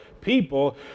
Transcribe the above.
people